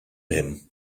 him